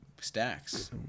Stacks